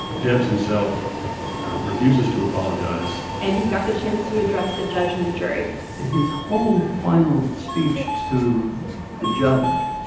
debs himself refuses to apologize and he got the chance to address the judge and the jury his whole final speech to the judge